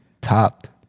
topped